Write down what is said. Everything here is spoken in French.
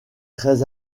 très